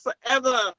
forever